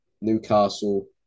Newcastle